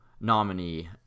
nominee